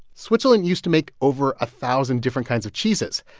switzerland used to make over a thousand different kinds of cheeses.